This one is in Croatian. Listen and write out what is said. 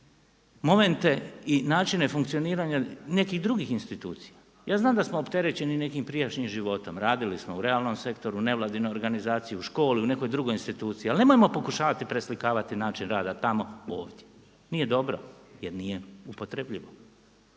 momente i načine funkcioniranja nekih drugih institucija. Ja znam da smo opterećeni nekim prijašnjim životom, radili smo u realnom sektoru, nevladinoj organizaciji u školi u nekoj drugoj instituciji, ali nemojmo pokušavati preslikavati način rada tamo ovdje. Nije dobro jer nije upotrebljivo.